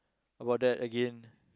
about that again